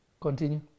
Continue